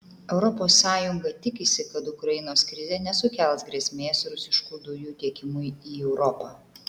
europos sąjunga tikisi kad ukrainos krizė nesukels grėsmės rusiškų dujų tiekimui į europą